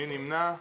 מי נמנע?